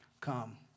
come